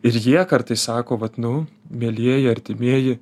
ir jie kartais sako vat nu mielieji artimieji